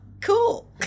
cool